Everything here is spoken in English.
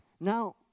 Now